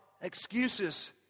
excuses